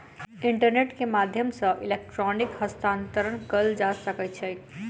internet के माध्यम सॅ इलेक्ट्रॉनिक हस्तांतरण कयल जा सकै छै